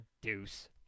deuce